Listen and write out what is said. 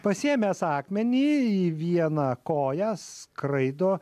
pasiėmęs akmenį į vieną koją skraido